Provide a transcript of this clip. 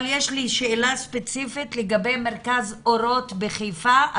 יש לי שאלה ספציפית לגבי מרכז אורות בחיפה,